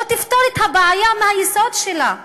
לא תפתור את הבעיה מהיסוד שלה.